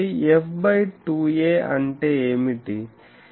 కాబట్టి f 2a అంటే ఏమిటి